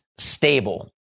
Stable